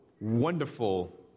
wonderful